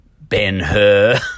Ben-Hur